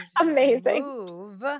Amazing